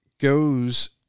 goes